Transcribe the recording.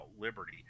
liberty